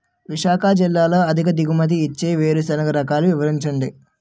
విశాఖ జిల్లాలో అధిక దిగుమతి ఇచ్చే వేరుసెనగ రకాలు వివరించండి?